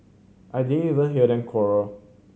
I didn't even hear them quarrel